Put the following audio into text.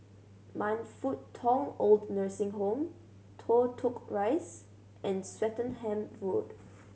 Man Fut Tong OId Nursing Home Toh Tuck Rise and Swettenham Road